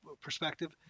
perspective